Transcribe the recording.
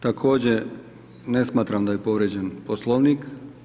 Također ne smatram da je povrijeđen Poslovnik.